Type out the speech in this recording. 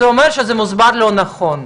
גם בעיות ייפתרו מאליהן,